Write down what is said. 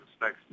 next